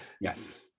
Yes